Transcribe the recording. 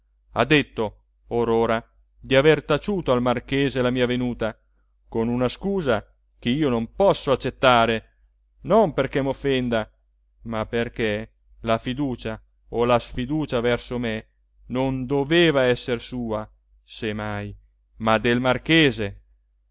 ha detto or ora di aver taciuto al marchese la mia venuta con una scusa ch'io non posso accettare non perché m'offenda ma perché la fiducia o la sfiducia verso me non doveva esser sua se mai ma del marchese